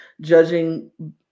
judging